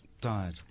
died